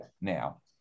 now